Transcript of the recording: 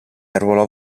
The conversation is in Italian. arruolò